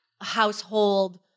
household